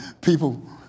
people